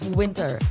winter